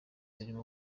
zirimo